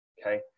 okay